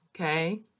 Okay